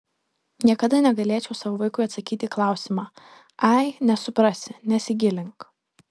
niekada negalėčiau savo vaikui atsakyti į klausimą ai nesuprasi nesigilink